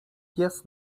pies